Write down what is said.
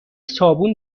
صابون